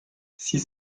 six